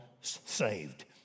saved